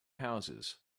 houses